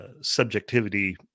subjectivity